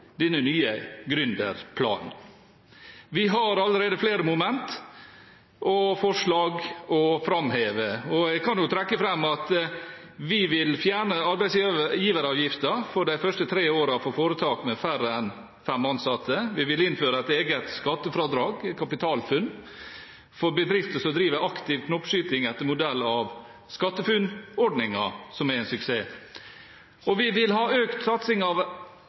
denne nye gründerplanen. Vi har allerede flere momenter og forslag å framheve. Jeg kan trekke fram at vi vil fjerne arbeidsgiveravgiften for de første tre årene for foretak med færre enn fem ansatte, vi vil innføre et eget skattefradrag – kapitalfunn – for bedrifter som driver aktiv knoppskyting, etter modell av SkatteFUNN-ordningen, som er en suksess, og vi vil ha økt satsing